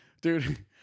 Dude